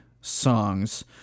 songs